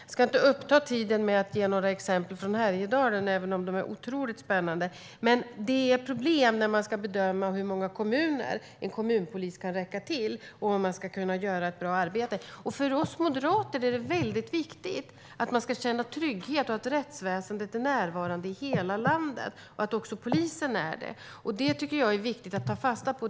Jag ska inte uppta tiden med att ge exempel från Härjedalen även om de är otroligt spännande, men det är problematiskt att bedöma hur många kommuner en kommunpolis kan räcka till och om man kan göra ett bra arbete. För oss moderater är det väldigt viktigt att människor kan känna trygghet och att rättsväsendet och polisen är närvarande i hela landet. Det tycker jag är viktigt att ta fasta på.